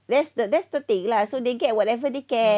that's the that's the thing lah so they get whatever they can